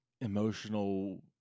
emotional